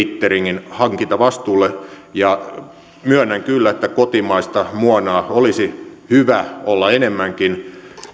cateringin hankintavastuulle myönnän kyllä että kotimaista muonaa olisi hyvä olla enemmänkin